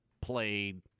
played